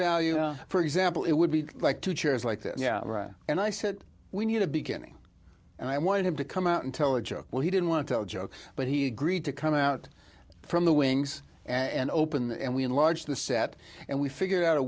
value for example it would be like two chairs like this and i said we need a beginning and i wanted him to come out and tell a joke well he didn't want to tell jokes but he agreed to come out from the wings and opened and we enlarge the set and we figured out a